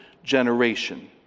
generation